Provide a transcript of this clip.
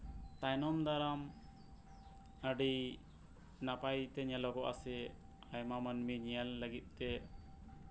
ᱛᱟᱭᱱᱚᱢ ᱫᱟᱨᱟᱢ ᱟᱹᱰᱤ ᱱᱟᱯᱟᱭ ᱛᱮ ᱧᱮᱞᱚᱜᱚᱜᱼᱟ ᱥᱮ ᱟᱭᱢᱟ ᱢᱟᱹᱱᱢᱤ ᱧᱮᱞ ᱞᱟᱹᱜᱤᱫ ᱛᱮ